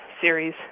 series